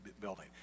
building